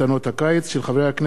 של חברי הכנסת אורית זוארץ,